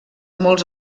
molts